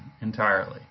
entirely